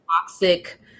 toxic